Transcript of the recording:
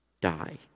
die